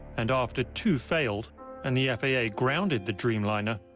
and after two failed and the yeah faa grounded the dreamliner,